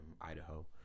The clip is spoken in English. idaho